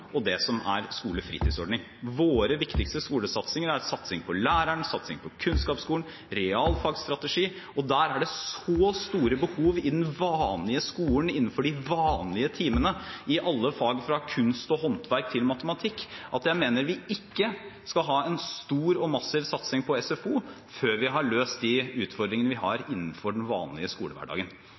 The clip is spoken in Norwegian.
og det som er skolefritidsordning. Våre viktigste skolesatsinger er satsing på læreren, satsing på kunnskapsskolen og realfagsstrategi. Og her er det så store behov i den vanlige skolen, innenfor de vanlige timene, i alle fag – fra kunst og håndverk til matematikk – at jeg mener at vi ikke skal ha en stor og massiv satsing på SFO før vi har løst de utfordringene vi har innenfor den vanlige skolehverdagen.